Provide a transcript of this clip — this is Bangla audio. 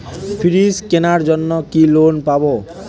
ফ্রিজ কেনার জন্য কি লোন পাব?